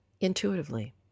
intuitively